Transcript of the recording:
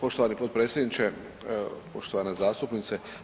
Poštovani potpredsjedniče, poštovana zastupnice.